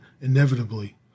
inevitably